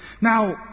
Now